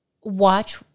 watch